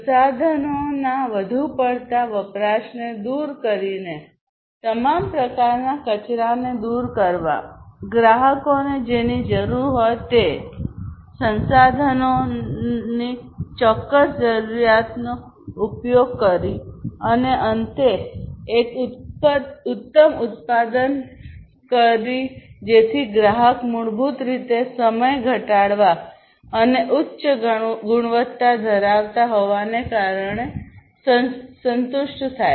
સંસાધનોના વધુ પડતા વપરાશને દૂર કરીને તમામ પ્રકારના કચરાને દૂર કરવા ગ્રાહકોને જેની જરૂર હોય તે સંસાધનોની ચોક્કસ જરૂરિયાતનો ઉપયોગ કરો અને અંતે એક ઉત્તમ ઉત્પાદન કરો જેથી ગ્રાહક મૂળભૂત રીતે સમય ઘટાડવા અને ઉચ્ચ ગુણવત્તા ધરાવતા હોવાને કારણે સંતુષ્ટ થાય